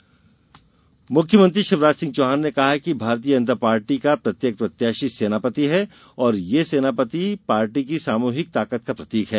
शिवराज संवाद मुख्यमंत्री शिवराज सिंह चौहान ने कहा है कि भारतीय जनता पार्टी का प्रत्येक प्रत्याशी सेनापति है और यह सेनापति पार्टी की सामूहिक ताकत का प्रतीक है